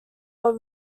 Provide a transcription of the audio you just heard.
were